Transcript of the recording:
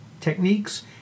techniques